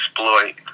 exploit